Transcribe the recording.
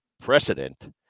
precedent